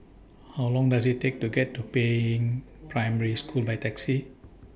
How Long Does IT Take to get to Peiying Primary School By Taxi